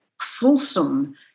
fulsome